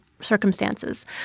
circumstances